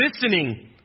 listening